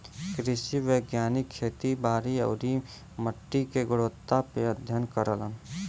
कृषि वैज्ञानिक खेती बारी आउरी मट्टी के गुणवत्ता पे अध्ययन करलन